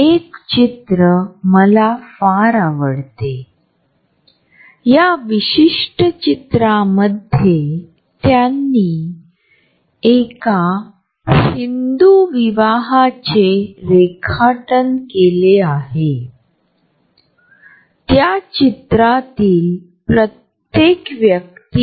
इतर लोकांशी आमच्या विशेष नात्यात होणारा बदल त्यांच्याविषयी असलेल्या वृत्तीबद्दलही संप्रेषण करतो